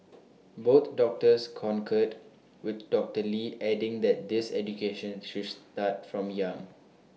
both doctors concurred with doctor lee adding that this education should start from young